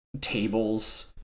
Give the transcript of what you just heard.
tables